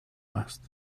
asked